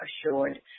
assured